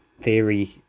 theory